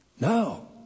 No